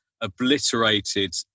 obliterated